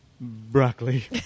broccoli